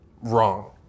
wrong